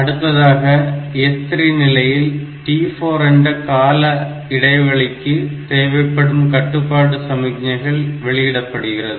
அடுத்ததாக S3 நிலையில் t4 என்ற கால இடைவெளிக்கு தேவைப்படும் கட்டுப்பாடு சமிக்ஞைகள் வெளியிடப்படுகிறது